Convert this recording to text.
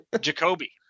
Jacoby